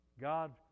God